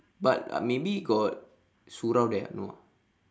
but maybe got surau there ah no ah